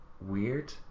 weird